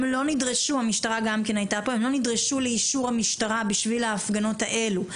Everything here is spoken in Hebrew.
הם לא נדרשו לאישור המשטרה בשביל ההפגנות האלה.